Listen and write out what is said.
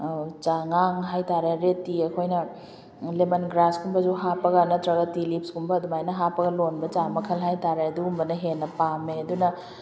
ꯆꯥꯉꯥꯡ ꯍꯥꯏꯇꯔꯦ ꯔꯦꯗ ꯇꯤ ꯑꯩꯈꯣꯏꯅ ꯂꯦꯃꯟ ꯒ꯭ꯔꯥꯁꯒꯨꯝꯕꯁꯨ ꯍꯥꯞꯄꯒ ꯅꯠꯇ꯭ꯔꯒ ꯇꯤ ꯂꯤꯕꯞꯁꯒꯨꯝꯕ ꯑꯗꯨꯃꯥꯏꯅ ꯍꯥꯞꯄꯒ ꯂꯣꯟꯕ ꯆꯥ ꯃꯈꯜ ꯍꯥꯏꯇꯥꯔꯦ ꯑꯗꯨꯒꯨꯝꯕꯅ ꯍꯦꯟꯅ ꯄꯥꯝꯃꯦ ꯑꯗꯨꯅ